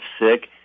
sick